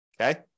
Okay